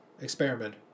experiment